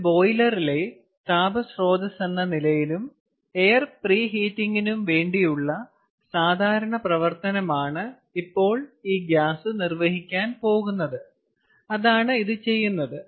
ഒരു ബോയിലറിലെ താപ സ്രോതസ്സെന്ന നിലയിലും എയർ പ്രീഹീറ്റിംഗിനും വേണ്ടിയുള്ള സാധാരണ പ്രവർത്തനമാണ് ഇപ്പോൾ ഗ്യാസ് നിർവഹിക്കാൻ പോകുന്നത് അതാണ് ഇത് ചെയ്യുന്നത്